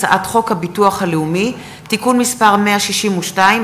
הצעת חוק הביטוח הלאומי (תיקון מס' 162),